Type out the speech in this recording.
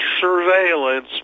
surveillance